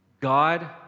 God